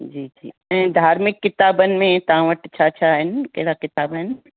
जी जी ऐं धार्मिक किताबनि में तव्हां वटि छा छा आहिनि कहिड़ा किताब आहिनि